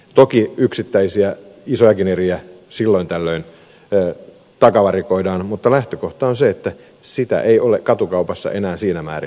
toki yksittäisiä isojakin eriä silloin tällöin takavarikoidaan mutta lähtökohta on se että sitä ei ole katukaupassa enää siinä määrin